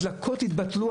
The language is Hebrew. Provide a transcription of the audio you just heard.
הדלקות התבטלו,